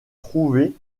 trouver